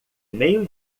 meio